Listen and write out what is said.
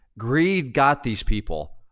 greed got these people.